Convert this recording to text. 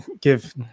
give